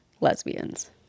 lesbians